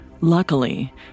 Luckily